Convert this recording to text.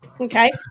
okay